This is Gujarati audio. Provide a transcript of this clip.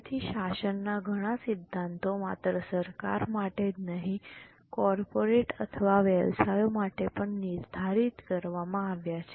તેથી શાસનના ઘણા સિદ્ધાંતો માત્ર સરકાર માટે જ નહીં કોર્પોરેટ અથવા વ્યવસાયો માટે પણ નિર્ધારિત કરવામાં આવ્યા છે